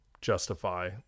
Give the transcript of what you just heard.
justify